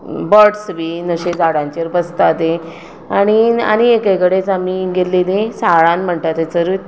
buds बीन अशें झाडांचेर बसता तीं आनीक आनी एके कडेच आमी गेल्लीं तीं साळान म्हणटा थंयचरूत